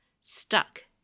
Stuck